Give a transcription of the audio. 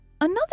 Another